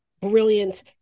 brilliant